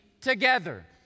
together